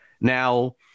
Now